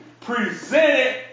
presented